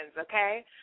okay